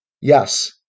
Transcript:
Yes